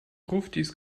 gruftis